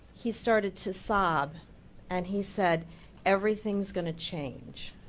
he started to sob and he said everything is going to change.